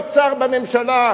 להיות שר בממשלה,